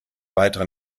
weitere